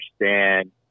understand